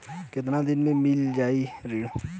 कितना दिन में मील जाई ऋण?